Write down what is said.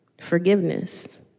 forgiveness